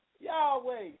Yahweh